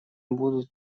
будут